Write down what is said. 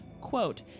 Quote